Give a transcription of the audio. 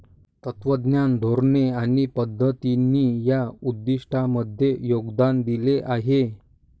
तत्त्वज्ञान, धोरणे आणि पद्धतींनी या उद्दिष्टांमध्ये योगदान दिले आहे